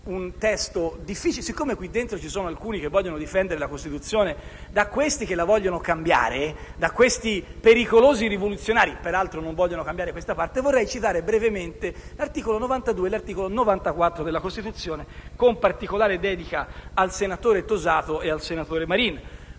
testo. Poiché ci sono alcuni che vogliono difendere la Costituzione da questi che la vogliono cambiare, da questi pericolosi rivoluzionari - che peraltro non vogliono cambiare questa parte - vorrei citare brevemente l'articolo 92 e l'articolo 94 della Costituzione, con particolare dedica ai senatori Tosato e Marin.